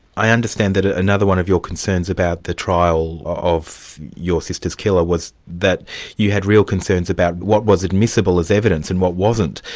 i understand that ah another one of your concerns about the trial of your sister's killer was that you had real concerns about what was admissible as evidence, and what wasn't.